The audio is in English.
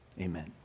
amen